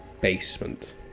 basement